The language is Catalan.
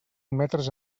metres